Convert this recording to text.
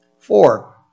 Four